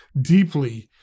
deeply